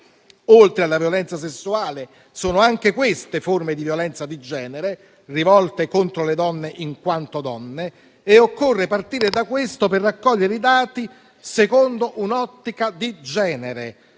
oltre alla violenza sessuale, sono anch'essi forme di violenza di genere rivolti contro le donne in quanto donne, e occorre partire da questo per raccogliere i dati secondo un'ottica di genere,